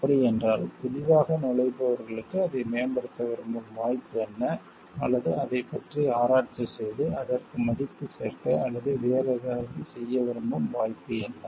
அப்படியென்றால் புதிதாக நுழைபவர்களுக்கு அதை மேம்படுத்த விரும்பும் வாய்ப்பு என்ன அல்லது அதைப் பற்றி ஆராய்ச்சி செய்து அதற்கு மதிப்பு சேர்க்க அல்லது வேறு ஏதாவது செய்ய விரும்பும் வாய்ப்பு என்ன